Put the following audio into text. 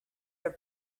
are